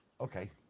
Okay